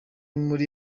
muri